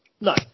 No